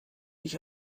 ich